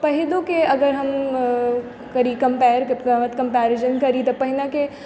पहिलुक अगर हम करी कमपेयर करी तऽ पहिने के